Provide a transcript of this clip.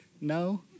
No